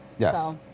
Yes